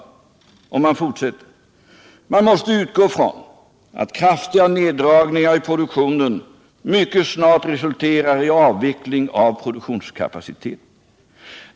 Och promemorian fortsätter: ”Man måste utgå från att kraftiga 37 neddragningar i produktionen mycket snart resulterar i avveckling av produktionskapacitet.